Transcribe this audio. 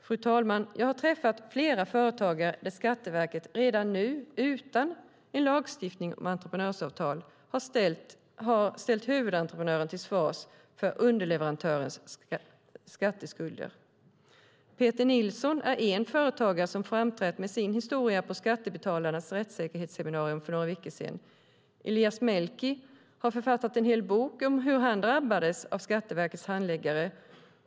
Fru talman! Jag har träffat flera företagare där Skatteverket redan nu, utan en lagstiftning om entreprenörsavtal, har ställt huvudentreprenören till svars för underleverantörers skatteskulder. Peter Nilsson är en företagare som framträdde med sin historia på Skattebetalarnas rättssäkerhetsseminarium för några veckor sedan. Elias Melki har författat en hel bok om hur han drabbades av Skatteverkets handläggare.